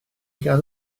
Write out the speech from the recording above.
gan